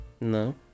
No